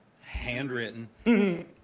handwritten